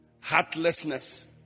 Heartlessness